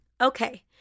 Okay